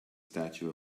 statue